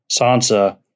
Sansa